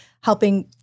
helping